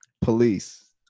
Police